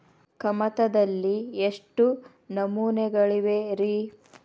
ಕಮತದಲ್ಲಿ ಎಷ್ಟು ನಮೂನೆಗಳಿವೆ ರಿ?